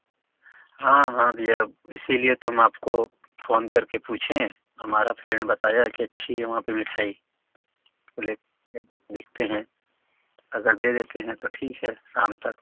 हाँ हाँ भैया इसलिए तो हम आपको फोन करके पूछे हैं हमारा फ्रेंड बताया कि अच्छी हैं वहाँ पर मिठाई देखते हैं अगर दे देते हैं तो ठीक हैं शाम तक